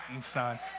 son